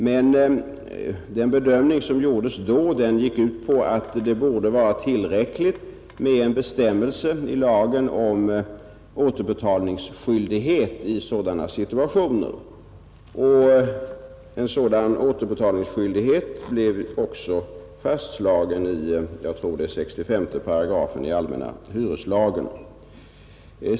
Men den bedömning som då gjordes gick ut på att det borde vara tillräckligt att i lagen fanns en bestämmelse om återbetalningsskyldighet i sådana situationer. Sådan återbetalningsskyldighet stadgades också i allmänna hyreslagen.